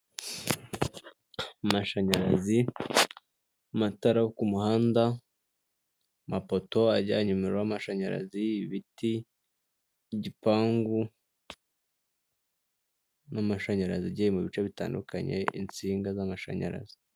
Amashanyarazi amatara yo kumuhanda amapoto ajyanye umuriro w'amashanyarazi, ibiti, igipangu n'amashanyarazi agiye mu bice bitandukanye insinga z'amashanyarazi.